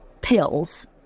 pills